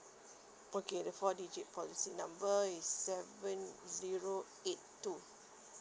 okay the four digit policy number is seven zero eight two